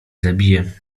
zabije